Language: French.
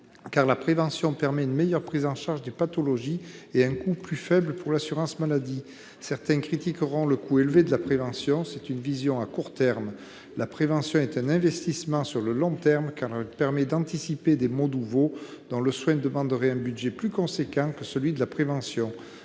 car la prévention permet une meilleure prise en charge des pathologies et un coût plus faible pour l’assurance maladie. Certains critiqueront le coût élevé de la prévention ; c’est une vision à court terme. La prévention est un investissement sur le long terme, car elle permet d’anticiper des maux nouveaux, dont le soin demanderait un budget plus important que celui de la prévention.